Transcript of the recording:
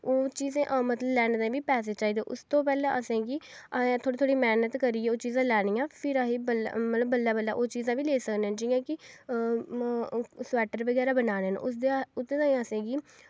एह् चीज लैने दे बी पैसे चाहिदे सबतूं पैह्लें असेंगी पैसे दी थोह्ड़ी थोह्ड़ी मैह्नत करियै एह् चीज़ां लैनियां फिर अस बल्लें बल्लें ओह् चीज़ां बी लेई सकने जि'यां कि ओह् स्वैटर बगैरा बुना दे न उसदे उप्पर असेंगी